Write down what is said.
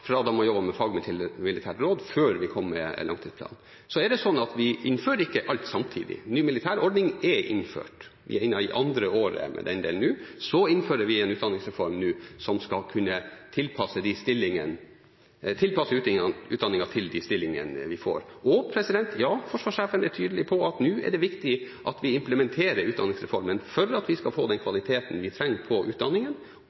med fagmilitært råd, før vi kom med langtidsplanen. Vi innfører ikke alt samtidig. Den nye militære ordningen er innført. Vi er nå inne i andre året med den delen. Så innfører vi en utdanningsreform nå som skal kunne tilpasse utdanningen til de stillingene vi får. Og ja, forsvarssjefen er tydelig på at nå er det viktig at vi implementerer utdanningsreformen – for at vi skal få den